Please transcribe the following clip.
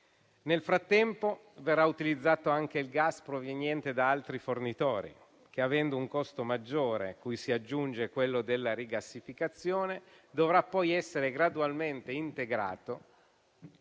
Nel frattempo, verrà utilizzato anche il gas proveniente da altri fornitori, che, avendo un costo maggiore, cui si aggiunge quello della rigassificazione, dovrà poi essere gradualmente integrato